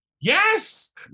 Yes